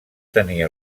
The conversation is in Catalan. tenir